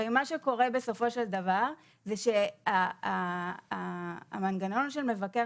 הרי מה שקורה בסופו של דבר זה שהמנגנון של מבקר